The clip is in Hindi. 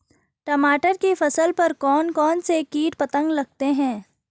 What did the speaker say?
टमाटर की फसल पर कौन कौन से कीट पतंग लगते हैं उनको कैसे रोकें?